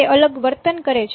તે અલગ વર્તન કરે છે